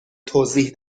توضیح